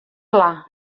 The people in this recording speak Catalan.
clar